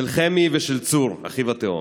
של חמי ושל צור, אחיו התאום.